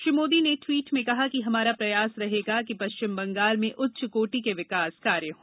श्री मोदी ने दवीट में कहा कि हमारा प्रयास रहेगा कि पश्चिम बंगाल में उच्च कोटि के विकास कार्य हों